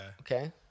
Okay